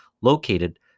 located